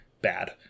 bad